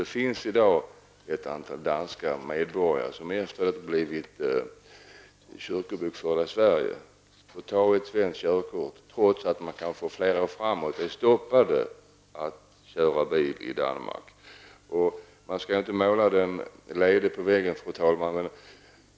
Det finns i dag ett antal danska medborgare som efter att ha blivit kyrkobokförda i Sverige har tagit svenskt körkort, trots att de kanske för flera år framåt är stoppade när det gäller att köra bil i Danmark. Man skall inte måla den lede på väggen.